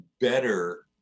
better